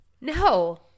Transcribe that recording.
No